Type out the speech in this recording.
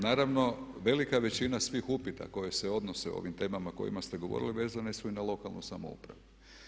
Naravno, velika većina svih upita koji se odnose o ovim temama o kojima ste govorili vezane su i na lokalnu samoupravu.